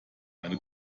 eine